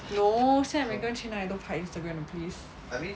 no 现在每个人去哪里都拍 Instagram 了 please